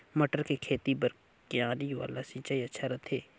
मटर के खेती बर क्यारी वाला सिंचाई अच्छा रथे?